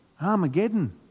Armageddon